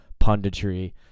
punditry